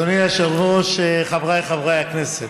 אדוני היושב-ראש, חבריי חברי הכנסת,